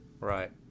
Right